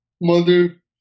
mother